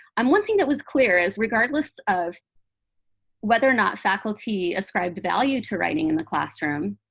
um one thing that was clear is regardless of whether or not faculty ascribed value to writing in the classroom,